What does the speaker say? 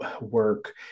work